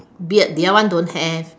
beard the other one don't have